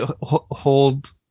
hold